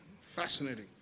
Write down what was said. Fascinating